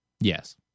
Yes